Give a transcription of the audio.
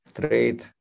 trade